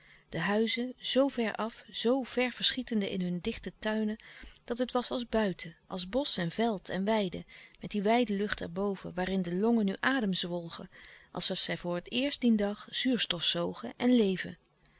de huizen zo ver af zo ver verschietende in hun dichte tuinen dat het was als buiten als bosch en veld en weide met die wijde lucht erboven waarin de longen nu adem zwolgen alsof zij voor het eerst dien dag zuurstof zogen en leven